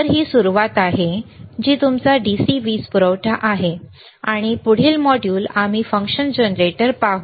तर ही सु रुवात आहे जी तुमचा DC वीज पुरवठा आहे आणि पुढील मॉड्यूल आम्ही फंक्शन जनरेटर पाहू